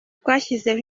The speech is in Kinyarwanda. twashyizeho